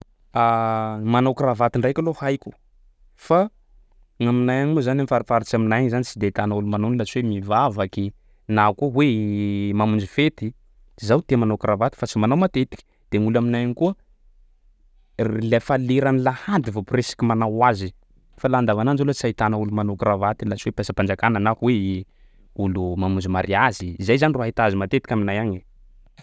Manao kravaty ndraiky aloha haiko fa gn'aminay agny moa zany am'fariparitsy aminay agny zany tsy de ahitana olo manao an'io laha tsy mivavaky na koa hoe mamonjy fety. Zaho tia manao kravaty fa tsy manao matetiky. De gny olo aminay agny koa r- lefa leran'ny lahady vao presque manao azy fa laha andavanandro aloha tsy ahitana olo manao kravaty laha tsy hoe mpiasam-panjakana na hoe olo mamonjy mariazy, zay zany ro ahita azy matetiky aminay agny e.